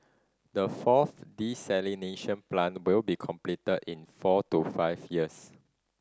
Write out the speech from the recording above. the fourth desalination plant will be completed in four to five years